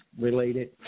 related